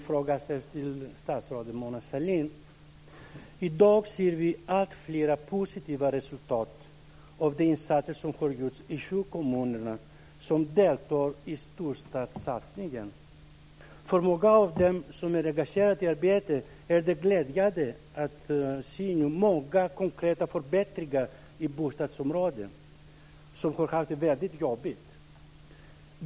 Fru talman! Jag vill ställa min fråga till statsrådet I dag ser vi alltfler positiva resultat av de insatser som har gjorts i de sju kommuner som deltar i storstadssatsningen. För några av dem som är engagerade i arbetet är det glädjande att så många konkreta förbättringar har skett i bostadsområden som har haft det väldigt jobbigt.